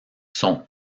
son